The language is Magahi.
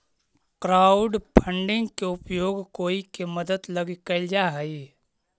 क्राउडफंडिंग के उपयोग कोई के मदद लगी कैल जा हई